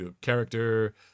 character